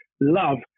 love